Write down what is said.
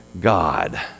God